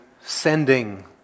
sending